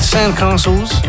Sandcastles